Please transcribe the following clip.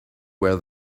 where